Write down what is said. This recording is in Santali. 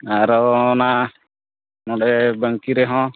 ᱟᱨᱚ ᱚᱱᱟ ᱱᱚᱰᱮ ᱵᱟᱹᱝᱠᱤ ᱨᱮᱦᱚᱸ